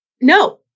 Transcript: No